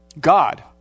God